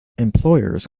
employers